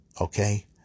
Okay